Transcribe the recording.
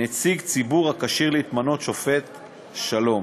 נציג ציבור הכשיר להתמנות לשופט שלום,